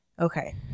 okay